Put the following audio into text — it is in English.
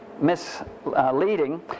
misleading